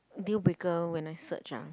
deal breaker when I search ah